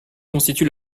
constitue